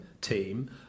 team